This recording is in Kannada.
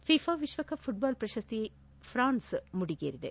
ಫಿಫಾ ವಿಶ್ವಕಪ್ ಫುಟ್ಟಾಲ್ ಪ್ರಶಸ್ತಿ ಫ್ರಾನ್ಸ್ ಮುಡಿಗೇರಿದೆ